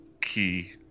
key